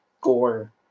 gore